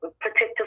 protective